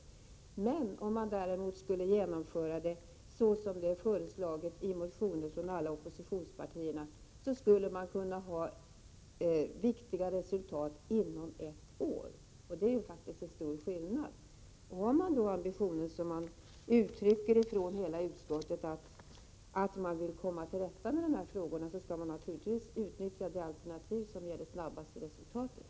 Om forskningen däremot skulle genomföras på det sätt som föreslagits i motioner från alla oppositionspartier, skulle viktiga resultat kunna föreligga inom ett år. Det är faktiskt en stor skillnad. Om man har ambitionen, vilket hela utskottet säger sig ha, att komma till rätta med dessa frågor, skall man naturligtvis utnyttja det alternativ som ger det snabbaste resultatet.